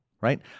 right